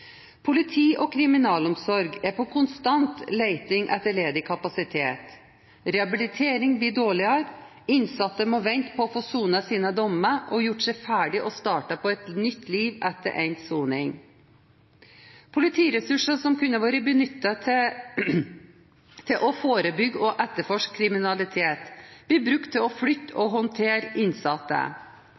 Politi og kriminalomsorg er på konstant leting etter ledig kapasitet, rehabiliteringen blir dårligere, innsatte må vente på å få sonet sine dommer, gjort seg ferdig og starte på et nytt liv etter endt soning. Politiressurser som kunne ha vært benyttet til å forebygge og etterforske kriminalitet, blir brukt til å flytte og håndtere innsatte.